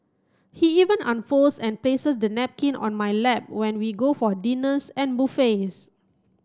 he even unfolds and places the napkin on my lap when we go for dinners and buffets